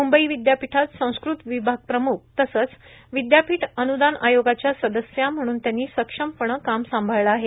मुंबई विद्यापीठात संस्कृत विभाग प्रमुख तसंच विद्यापीठ अनुदान आयोगाच्या सदस्या म्हणून त्यांनी सक्षमपणं काम सांभाळले आहे